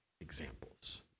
examples